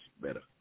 better